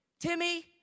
Timmy